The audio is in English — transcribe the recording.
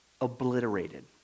obliterated